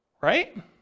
right